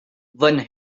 one